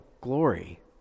glory